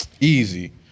easy